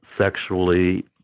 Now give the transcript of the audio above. sexually